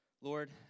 Lord